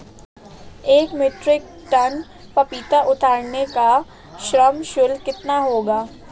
एक metric ton पपीता उतारने का श्रम शुल्क कितना होगा?